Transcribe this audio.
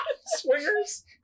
Swingers